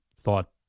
thought